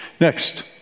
Next